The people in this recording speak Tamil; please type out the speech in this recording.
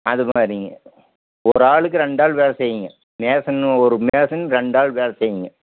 அதுமாதிரிங்க ஒரு ஆளுக்கு ரெண்டாள் வேலை செய்யும்ங்க மேஷன் ஒரு மேஷன் ரெண்டாள் வேலை செய்யும்ங்க